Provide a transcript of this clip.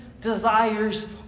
desires